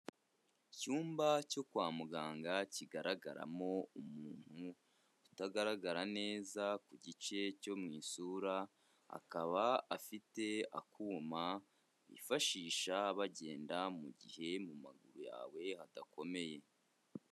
Icyumba cyo kwa muganga kigaragaramo umuntu utagaragara neza ku gice cyo mu isura, akaba afite akuma bifashisha bagenda mu gihe mu maguru yawe adakomeye.